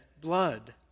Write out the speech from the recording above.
blood